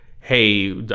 hey